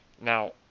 Now